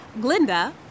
Glinda